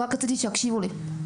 רק רציתי שיקשיבו לי.